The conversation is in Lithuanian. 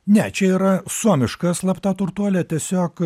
ne čia yra suomiška slapta turtuolė tiesiog